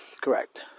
Correct